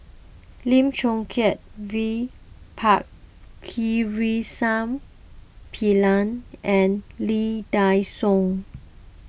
Lim Chong Keat V Pakirisamy Pillai and Lee Dai Soh